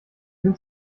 sind